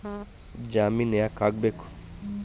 ಜಾಮಿನ್ ಯಾಕ್ ಆಗ್ಬೇಕು?